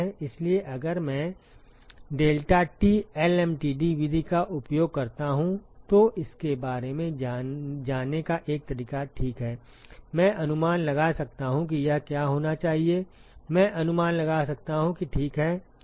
इसलिए अगर मैं डेल्टाटी एलएमटीडी विधि का उपयोग करता हूं तो इसके बारे में जाने का एक तरीका ठीक है मैं अनुमान लगा सकता हूं कि यह क्या होना चाहिए मैं अनुमान लगा सकता हूं कि ठीक है